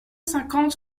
cinquante